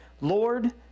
Lord